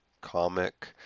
comic